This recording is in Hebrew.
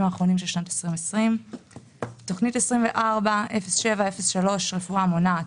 האחרונים של שנת 2020. תוכנית 240703 רפואה מונעת,